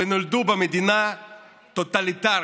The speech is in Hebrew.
ונולדו במדינה טוטליטרית,